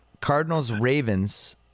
Cardinals-Ravens